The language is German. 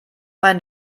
mein